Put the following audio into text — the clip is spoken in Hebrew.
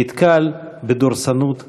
נתקל בדורסנות מוחלטת.